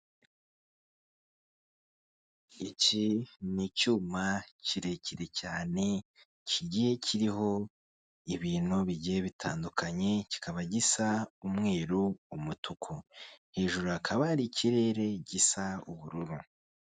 iki ni icyuma kirekire cyane kigiye kiriho ibintu bigiye bitandukanye, kikaba gisa umweru, umutuku. Hejuru hakaba hari ikirere gisa ubururu.